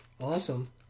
Awesome